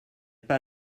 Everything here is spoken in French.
pas